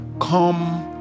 Come